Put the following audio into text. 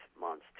months